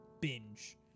binge